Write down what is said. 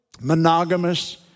monogamous